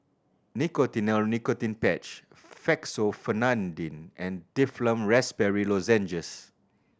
Nicotinell Nicotine Patch Fexofenadine and Difflam Raspberry Lozenges